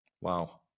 wow